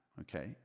okay